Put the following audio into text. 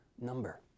number